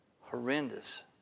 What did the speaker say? Horrendous